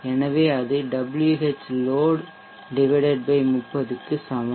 எனவே அது Whload 30 க்கு சமம்